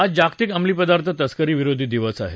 आज जागतिक अंमलीपदार्थ तस्करी विरोधी दिवस आहे